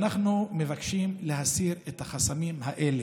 אנחנו מבקשים להסיר את החסמים האלה.